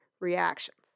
reactions